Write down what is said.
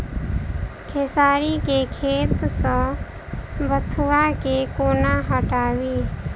खेसारी केँ खेत सऽ बथुआ केँ कोना हटाबी